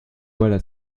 voilà